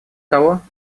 того